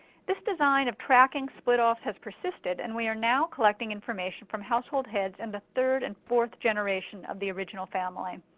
this design of tracking split-offs has persisted, and we are now collecting information from household heads in the third and fourth generation of the original family.